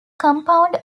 compound